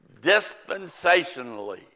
dispensationally